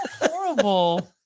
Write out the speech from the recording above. horrible